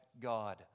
God